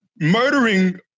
murdering